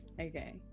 okay